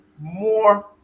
more